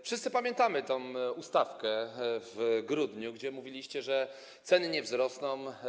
Wszyscy pamiętamy tę ustawkę z grudnia, kiedy mówiliście, że ceny nie wzrosną.